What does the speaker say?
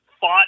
fought